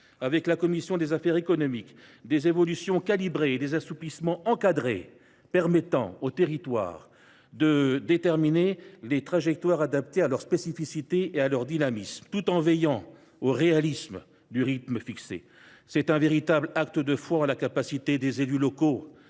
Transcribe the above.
avec la commission des affaires économiques, des évolutions calibrées et des assouplissements encadrés permettant aux territoires de déterminer les trajectoires adaptées à leurs spécificités et à leur dynamisme, tout en veillant au réalisme du rythme fixé. Il s’agit d’un véritable acte de foi en la capacité des élus locaux